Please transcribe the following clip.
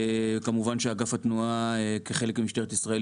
כמובן שאגף התנועה כחלק ממשטרת ישראל,